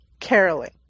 Caroling